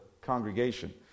congregation